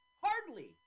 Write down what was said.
hardly